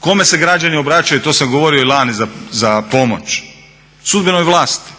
kome se građani obraćaju, to sam govorio i lani, za pomoć? Sudbenoj vlasti.